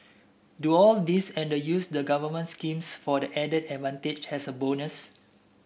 do all this and use the government schemes for the added advantage as a bonus